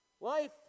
Life